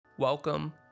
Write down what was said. Welcome